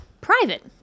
private